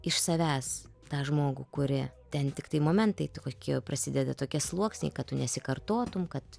iš savęs tą žmogų kuri ten tiktai momentai tokie prasideda tokie sluoksniai kad tu nesikartotum kad